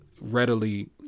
readily